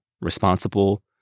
responsible